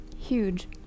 Huge